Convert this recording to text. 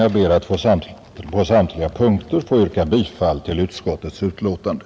Jag ber att på samtliga punkter få yrka bifall till utskottets hemställan.